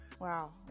wow